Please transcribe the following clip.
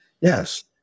Yes